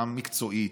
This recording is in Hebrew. גם מקצועית,